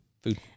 food